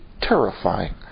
terrifying